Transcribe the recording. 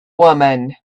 woman